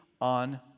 on